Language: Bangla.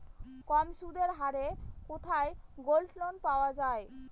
কম সুদের হারে কোথায় গোল্ডলোন পাওয়া য়ায়?